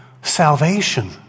salvation